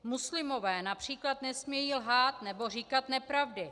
Muslimové například nesmějí lhát nebo říkat nepravdy.